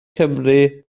cymru